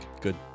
Good